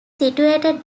situated